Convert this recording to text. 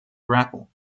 grapple